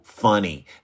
Funny